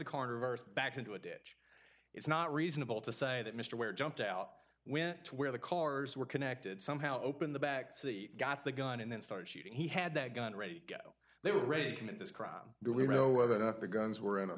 a corner of backed into a ditch it's not reasonable to say that mr ware jumped out when to where the cars were connected somehow open the back seat got the gun and then start shooting he had that gun ready to go they were ready to commit this crime do we know whether or not the guns were in a